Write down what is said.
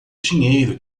dinheiro